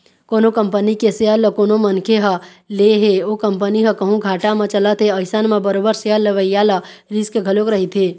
कोनो कंपनी के सेयर ल कोनो मनखे ह ले हे ओ कंपनी ह कहूँ घाटा म चलत हे अइसन म बरोबर सेयर लेवइया ल रिस्क घलोक रहिथे